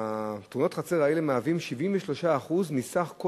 בתאונות החצר האלה נהרגו 73% מסך כל